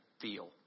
feel